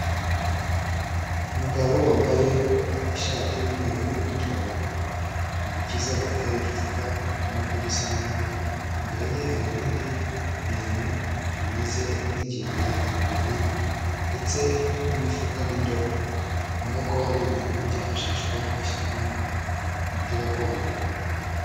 Umugabo wambaye ishati y'umweru irimo uturongo, mu ntoki ze afite igicupa ubonako gisa nabi, imbere ye hari ibindi bintu bimeze nk'ingiga, ibibabi ndetse n'imifuka n'indobo, ubona ko ari ibintu byifashishwa bashyiramo imiti gakondo.